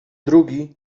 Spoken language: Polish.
drugi